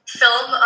film